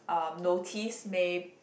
um notice maybe